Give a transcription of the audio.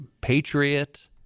patriot